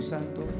Santo